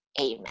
Amen